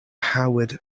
howard